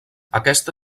aquesta